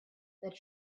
that